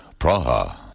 Praha